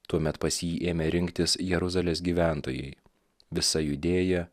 tuomet pas jį ėmė rinktis jeruzalės gyventojai visa judėja